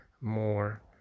more